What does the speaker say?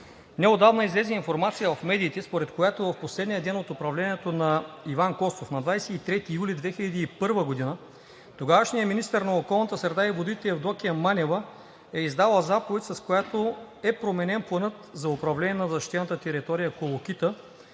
Неотдавна излезе информация в медиите, според която в последния ден от управлението на правителството на Иван Костов на 23 юли 2001 г., тогавашният министър на околната среда Евдокия Манева е издала заповед, с която е променен Планът за управление на защитената територия „Колокита“,